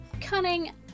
cunning